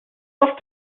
lost